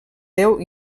déu